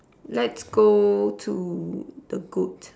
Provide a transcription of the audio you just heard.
lets go to the goods